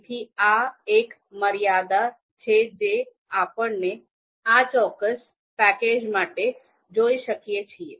તેથી આ એક મર્યાદા છે જે આપણે આ ચોક્કસ પેકેજ માટે જોઈ શકીએ છીએ